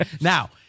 Now